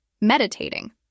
meditating